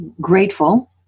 grateful